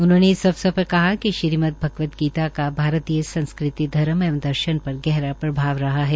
उन्होंने इस अवसर पर कहा कि श्रीमद भगवत गीता का भारतीय संस्कृति धर्म एवं दर्शन पर गहरा प्रभाव रहा है